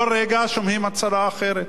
כל רגע שומעים הצהרה אחרת